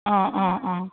অঁ অঁ অঁ